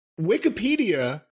Wikipedia